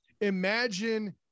Imagine